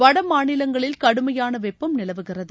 வட மாநிலங்களில் கடுமையான வெப்பம் நிலவுகிறது